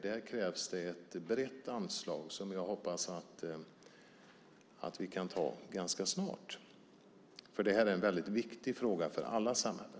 Där krävs ett brett anslag som jag hoppas att vi kan ta ganska snart. Det är en väldigt viktig fråga för alla samhällen.